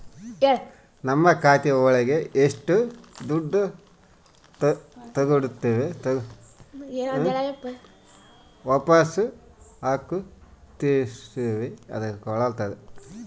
ನಮ್ ಖಾತೆ ಒಳಗ ಎಷ್ಟು ದುಡ್ಡು ತಾಗೊಂಡಿವ್ ವಾಪಸ್ ಹಾಕಿವಿ ತೋರ್ಸುತ್ತೆ